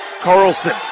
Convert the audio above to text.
Carlson